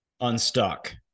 unstuck